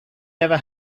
never